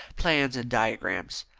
plans, and diagrams.